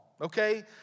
okay